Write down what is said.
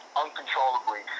uncontrollably